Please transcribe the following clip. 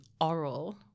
oral